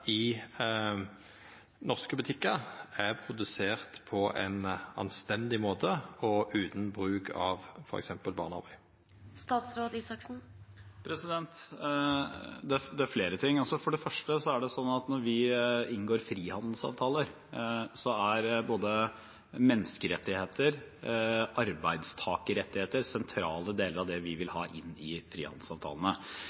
i norske butikkar er produserte på ein anstendig måte og utan bruk av f.eks. barnearbeid? Det er flere ting her. For det første er det slik at når vi inngår frihandelsavtaler, er både menneskerettigheter og arbeidstakerrettigheter sentrale deler av det vi vil